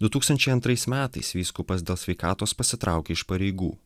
du tūkstančiai antrais metais vyskupas dėl sveikatos pasitraukė iš pareigų